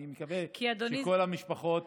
אני מקווה שכל המשפחות